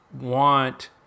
want